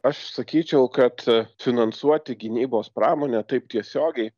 aš sakyčiau kad finansuoti gynybos pramonę taip tiesiogiai